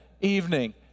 evening